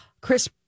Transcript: Chris